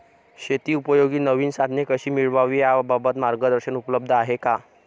शेतीउपयोगी नवीन साधने कशी मिळवावी याबाबत मार्गदर्शन उपलब्ध आहे का?